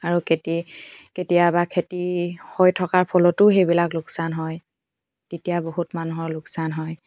আৰু কেতি কেতিয়াবা খেতি হৈ থকাৰ ফলতো সেইবিলাক লোকচান হয় তেতিয়া বহুত মানুহৰ লোকচান হয়